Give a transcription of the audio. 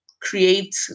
create